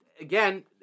again